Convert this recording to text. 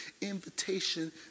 invitation